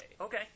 Okay